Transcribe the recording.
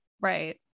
right